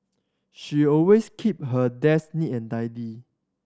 she always keep her desk neat and tidy